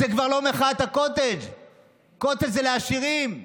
זו כבר לא מחאת הקוטג', קוטג' זה לעשירים,